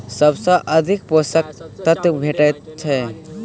सबसँ अधिक पोसक तत्व भेटय छै?